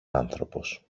άνθρωπος